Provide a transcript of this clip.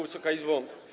Wysoka Izbo!